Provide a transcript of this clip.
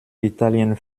italien